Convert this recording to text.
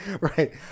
Right